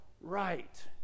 right